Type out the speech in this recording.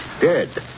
Dead